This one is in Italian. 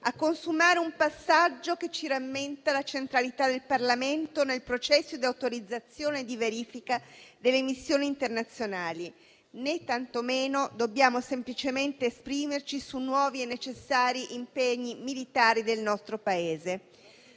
a consumare un passaggio che ci rammenta la centralità del Parlamento nel processo di autorizzazione e di verifica delle missioni internazionali, né tantomeno dobbiamo semplicemente esprimerci su nuovi e necessari impegni militari del nostro Paese.